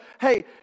hey